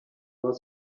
was